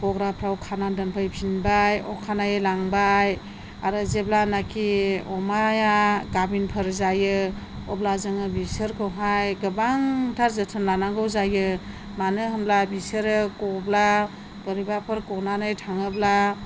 गग्राफ्राव खानानै दोनफैफिनबा अखानायै लांबाय आरो जेब्लानाखि अमाया गाभिनफोर जायो अब्ला जोङो बिसोरखौहाय गोबांथार जोथोन लानांगौ जायो मानो होनब्ला बिसोरो गब्ला बोरैबाफोर गनानै थाङोब्ला